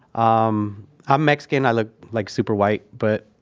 um i'm mexican. i look like super white. but